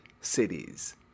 cities